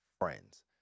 friends